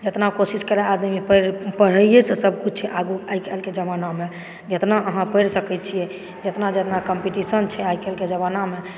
इतना कोशिश करए आदमी कि पढ़ैएसँ सबकिछु छै आगू आइकाल्हिके जमानामे जितना अहाँ पढ़ि सकैत छिऐ जितना जितना कम्पीटिशन छै आइकाल्हिके जमानामे